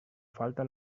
falta